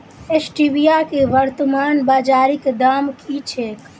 Stevia केँ वर्तमान बाजारीक दाम की छैक?